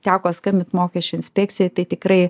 teko skambint mokesčių inspekcijai tai tikrai